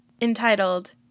entitled